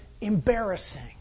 embarrassing